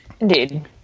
Indeed